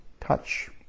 touch